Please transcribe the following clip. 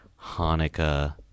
Hanukkah